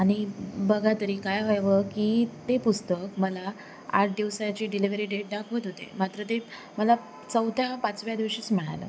आणि बघा तरी काय व्हावं की ते पुस्तक मला आठ दिवसाची डिलेवरी डेट दाखवत होते मात्र ते मला चौथ्या पाचव्या दिवशीच मिळालं